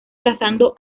cazando